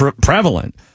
prevalent